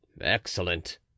excellent